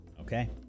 okay